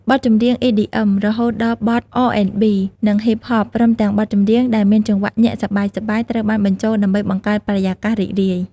បទចម្រៀង អ៊ីឌីអឹម រហូតដល់បទ អរអេនប៊ី និង ហ៊ីបហប ព្រមទាំងបទចម្រៀងដែលមានចង្វាក់ញាក់សប្បាយៗ ត្រូវបានបញ្ចូលដើម្បីបង្កើតបរិយាកាសរីករាយ។